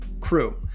crew